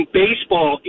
baseball